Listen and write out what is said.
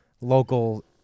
local